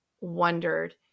wondered